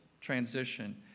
transition